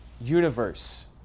universe